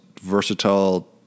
versatile